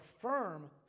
firm